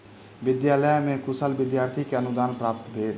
विद्यालय में कुशल विद्यार्थी के अनुदान प्राप्त भेल